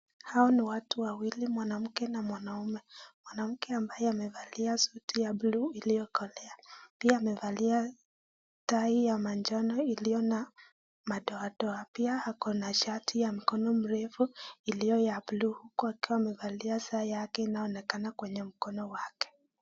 Hawa ni watu wawili mwanamke na mwanaume mwanamke ambaye amevalia suti ya buluu iliyokolea pia amevalia tai manjano iliyo na matoatoa pia akona shati ya mkono mirefu iliyo ya buluu hukua akiwa amevalia saa yake inayoonekana kwenye mkono wake.